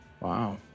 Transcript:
Wow